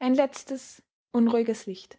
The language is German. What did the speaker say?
ein letztes unruhiges licht